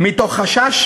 מתוך חשש